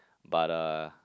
but uh